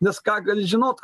nes ką gali žinot